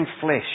flesh